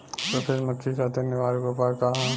सफेद मक्खी खातिर निवारक उपाय का ह?